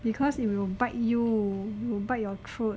because it will bite you will bite your throat